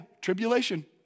tribulation